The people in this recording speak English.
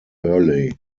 hurley